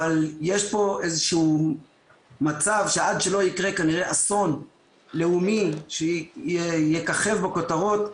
אבל יש פה איזשהו מצב שכנראה שעד שלא יקרה אסון לאומי שיככב בכותרות,